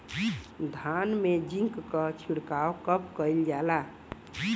धान में जिंक क छिड़काव कब कइल जाला?